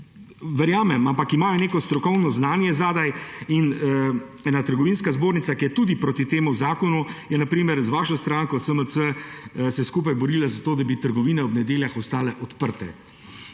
verjamem, ampak imajo neko strokovno znanje zadaj in ena trgovinska zbornica, ki je tudi proti temu zakonu, se je na primer z vašo stranko SMC skupaj borila za to, da bi trgovine ob nedeljah ostale odprte.